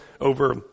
over